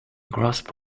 grasp